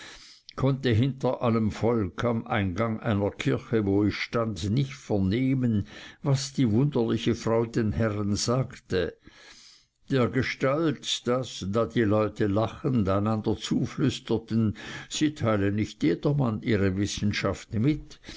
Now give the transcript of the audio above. konnte hinter allem volk am eingang einer kirche wo ich stand nicht vernehmen was die wunderliche frau den herren sagte dergestalt daß da die leute lachend einander zuflüsterten sie teile nicht jedermann ihre wissenschaft mit